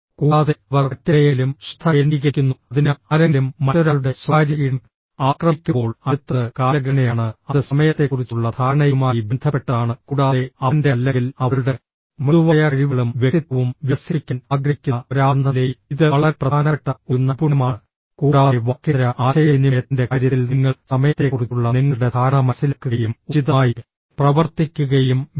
കൂടാതെ അവർ മറ്റെവിടെയെങ്കിലും ശ്രദ്ധ കേന്ദ്രീകരിക്കുന്നു അതിനാൽ ആരെങ്കിലും മറ്റൊരാളുടെ സ്വകാര്യ ഇടം ആക്രമിക്കുമ്പോൾ അടുത്തത് കാലഗണനയാണ് അത് സമയത്തെക്കുറിച്ചുള്ള ധാരണയുമായി ബന്ധപ്പെട്ടതാണ് കൂടാതെ അവന്റെ അല്ലെങ്കിൽ അവളുടെ മൃദുവായ കഴിവുകളും വ്യക്തിത്വവും വികസിപ്പിക്കാൻ ആഗ്രഹിക്കുന്ന ഒരാളെന്ന നിലയിൽ ഇത് വളരെ പ്രധാനപ്പെട്ട ഒരു നൈപുണ്യമാണ് കൂടാതെ വാക്കേതര ആശയവിനിമയത്തിന്റെ കാര്യത്തിൽ നിങ്ങൾ സമയത്തെക്കുറിച്ചുള്ള നിങ്ങളുടെ ധാരണ മനസിലാക്കുകയും ഉചിതമായി പ്രവർത്തിക്കുകയും വേണം